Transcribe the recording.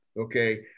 okay